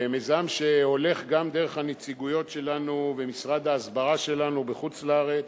מיזם שהולך גם דרך הנציגויות שלנו ומשרד ההסברה שלנו בחוץ-לארץ,